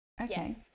Okay